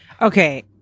Okay